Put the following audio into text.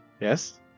yes